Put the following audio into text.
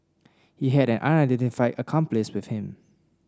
he had an unidentified accomplice with him